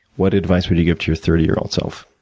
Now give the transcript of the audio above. what advice would you give to your thirty year old self?